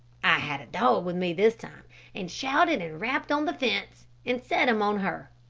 i had a dog with me this time, and shouted and rapped on the fence, and set him on her.